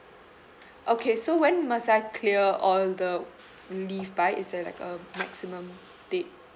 okay so when must I clear all the leave by is there like a maximum date